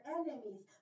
enemies